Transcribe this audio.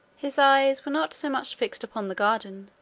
his eyes were not so much fixed upon the garden,